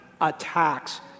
attacks